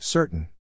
Certain